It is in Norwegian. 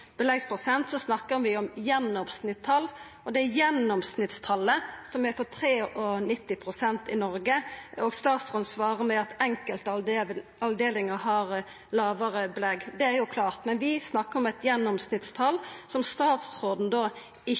beleggsprosent, snakkar dei om gjennomsnittstal, og det er gjennomsnittstalet som er på 93 pst. i Noreg. Statsråden svarar at enkelte avdelingar har lågare belegg, og det er jo klart. Men vi snakkar om eit gjennomsnittstal, som statsråden